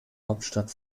hauptstadt